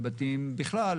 על בתים בכלל,